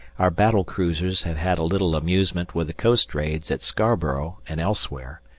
our battle cruisers have had a little amusement with the coast raids at scarborough and elsewhere,